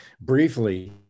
briefly